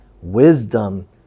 Wisdom